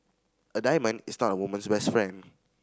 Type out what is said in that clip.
a diamond is not a woman's best friend